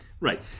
Right